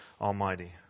Almighty